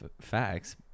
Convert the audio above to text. facts